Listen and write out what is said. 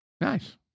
Nice